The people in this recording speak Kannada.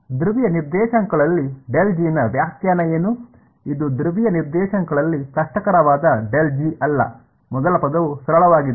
ಧ್ರುವೀಯ ನಿರ್ದೇಶಾಂಕಗಳಲ್ಲಿ ನ ವ್ಯಾಖ್ಯಾನ ಏನು ಇದು ಧ್ರುವೀಯ ನಿರ್ದೇಶಾಂಕಗಳಲ್ಲಿ ಕಷ್ಟಕರವಾದ ಅಲ್ಲ ಮೊದಲ ಪದವು ಸರಳವಾಗಿದೆ